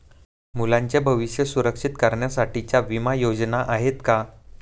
मुलांचे भविष्य सुरक्षित करण्यासाठीच्या विमा योजना आहेत का?